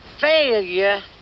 failure